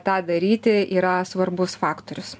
tą daryti yra svarbus faktorius